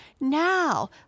Now